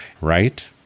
right